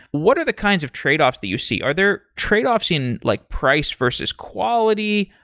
what are the kinds of tradeoffs that you see? are there tradeoffs in like price versus quality?